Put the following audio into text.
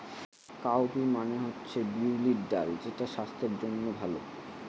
cowpea মানে হচ্ছে বিউলির ডাল যেটা স্বাস্থ্যের জন্য ভালো